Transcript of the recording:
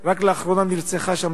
רק לאחרונה נרצחה שם,